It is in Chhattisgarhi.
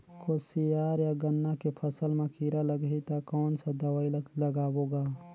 कोशियार या गन्ना के फसल मा कीरा लगही ता कौन सा दवाई ला लगाबो गा?